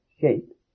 shape